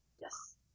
Yes